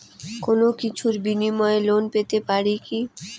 কোনো কিছুর বিনিময়ে লোন পেতে পারি কি?